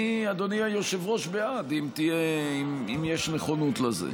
אני, אדוני היושב-ראש, בעד, אם יש נכונות לזה.